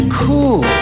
cool